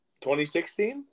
2016